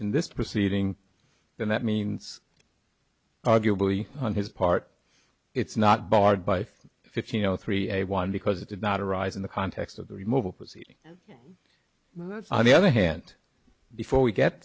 in this proceeding then that means arguably on his part it's not barred by fifteen zero three a one because it did not arise in the context of the removal proceedings on the other hand before we get